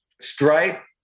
Stripe